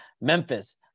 Memphis